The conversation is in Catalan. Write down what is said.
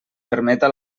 permeta